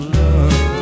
love